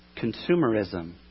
Consumerism